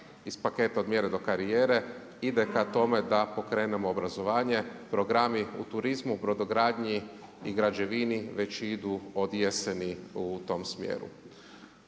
iz paketa „Od mjere do karijere“ ide ka tome da pokrenemo obrazovanje, programi u turizmu, brodogradnji i građevini već idu od jeseni u tom smjeru.